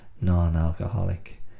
non-alcoholic